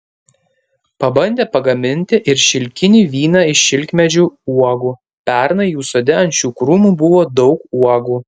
pabandė pagaminti ir šilkinį vyną iš šilkmedžių uogų pernai jų sode ant šių krūmų buvo daug uogų